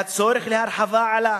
והצורך בהרחבה עלה,